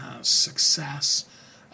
success